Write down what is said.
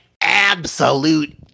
absolute